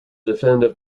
definitive